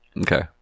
Okay